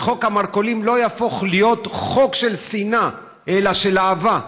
שחוק המרכולים לא יהפוך להיות חוק של שנאה אלא של אהבה.